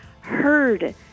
heard